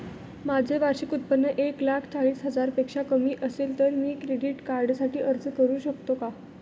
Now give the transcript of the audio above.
माझे वार्षिक उत्त्पन्न एक लाख चाळीस हजार पेक्षा कमी असेल तर मी क्रेडिट कार्डसाठी अर्ज करु शकतो का?